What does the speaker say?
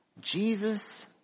Jesus